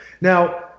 Now